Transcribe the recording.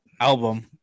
album